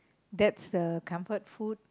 that's the comfort food